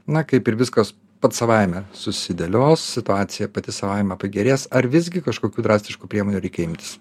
na kaip ir viskas pats savaime susidėlios situacija pati savaime pagerės ar visgi kažkokių drastiškų priemonių reikia imtis